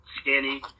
skinny